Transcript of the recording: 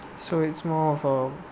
so it's more of a